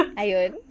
ayun